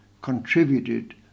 contributed